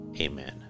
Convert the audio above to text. Amen